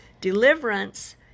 deliverance